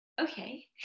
okay